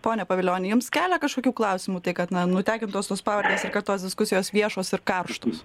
pone pavilioni jums kelia kažkokių klausimų tai kad na nutekintos tos pavardės ir kad tos diskusijos viešos ir karštos